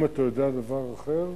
אם אתה יודע דבר אחר,